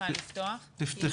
תודה